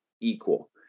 equal